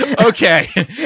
Okay